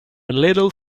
little